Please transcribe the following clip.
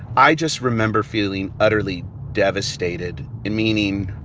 i just remember feeling utterly devastated. in meaning,